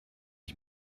ich